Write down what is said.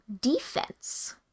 defense